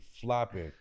flopping